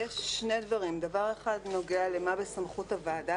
יש שני דברים: דבר אחד נוגע למה בסמכות הוועדה